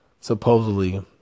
supposedly